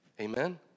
Amen